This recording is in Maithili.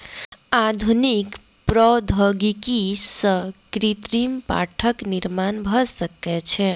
आधुनिक प्रौद्योगिकी सॅ कृत्रिम काठक निर्माण भ सकै छै